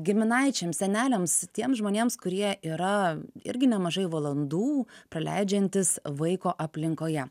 giminaičiams seneliams tiems žmonėms kurie yra irgi nemažai valandų praleidžiantys vaiko aplinkoje